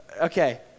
Okay